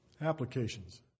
Applications